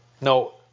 No